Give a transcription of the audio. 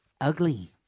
Ugly